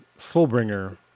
Fullbringer